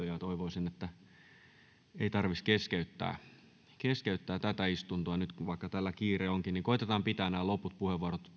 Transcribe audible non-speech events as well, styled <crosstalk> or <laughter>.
<unintelligible> ja toivoisin että ei tarvitsisi keskeyttää tätä istuntoa nyt vaikka tällä kiire onkin koetetaan pitää nämä loput puheenvuorot